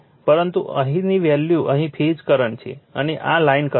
પરંતુ અહીંની વેલ્યુ અહીં ફેઝ કરંટ છે અને આ લાઇન કરંટ છે